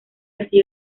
así